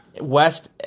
West